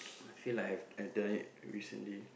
I feel like I've I done it recently